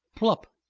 plup!